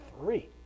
three